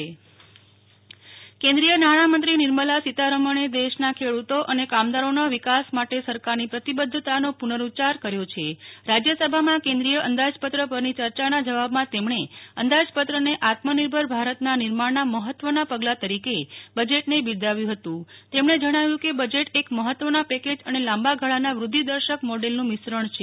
નેહ્લ ઠક્કર નાણામંત્રી કેન્દ્રીય નાણાંમંત્રી નિર્મળા સીતારમણે દેશના ખેડુતો અને કામદારોના વિકાસ માટે સરકારનીપ્રતિબદ્ધતાનો પુ નેરુ ચ્યાર કર્યો છે રાજ્યસભામાં કેન્દ્રીય અંદાજપત્ર પરનીયર્યાના જવાબુમાં તેમણે અંદાજપત્રને આત્મનિર્ભર ભારતના નિર્માણના મહત્વનાપગલા તરીકે બજેટને બિરદાવ્યું હતું તેમણે જણાવ્યું કે બજેટ એક મહત્વના પેકેજ અનેલાંબા ગાળાના વૃદ્વિદર્શક મોડેલનું મિશ્રણ છે